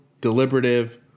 deliberative